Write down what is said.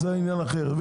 זה עניין אחר.